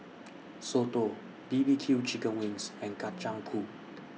Soto B B Q Chicken Wings and Kacang Pool